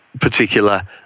particular